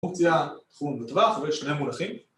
פונקציה תחום לטווח ויש שני מונחים